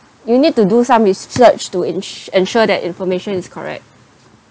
you need to do some research to ens~ ensure that information is correct